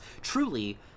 Truly